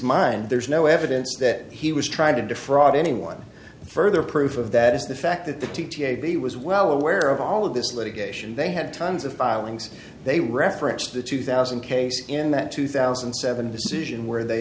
mind there's no evidence that he was trying to defraud anyone further proof of that is the fact that the t t a b was well aware of all of this litigation they had tons of filings they referenced the two thousand case in that two thousand and seven decision where they